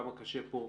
כמה קשה כאן